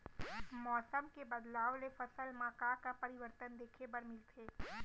मौसम के बदलाव ले फसल मा का का परिवर्तन देखे बर मिलथे?